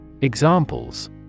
Examples